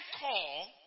call